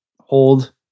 hold